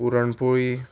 puran poli